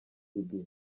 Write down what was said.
ltd